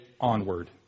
onward